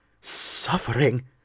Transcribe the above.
suffering